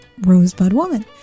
rosebudwoman